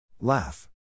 Laugh